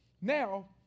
Now